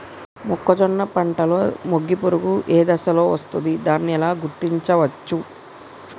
మొక్కజొన్న పంటలో మొగి పురుగు ఏ దశలో వస్తుంది? దానిని ఎలా గుర్తించవచ్చు?